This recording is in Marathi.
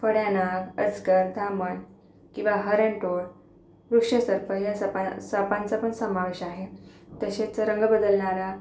फड्या नाग अजगर धामण किंवा हरणटोळ वृक्षसर्प या सपा सापांचा पण समावेश आहे तसेच रंग बदलणारा